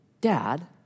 dad